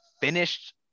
finished